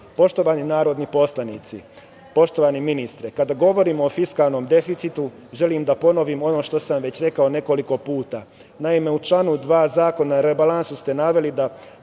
obveznice. Poštovani narodni poslanici, poštovani ministre, kada govorimo o fiskalnom deficitu, želim da ponovim ono što sam vam već rekao nekoliko puta. Naime, u članu 2. Zakona o rebalansu ste naveli da